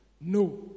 No